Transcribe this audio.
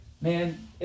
man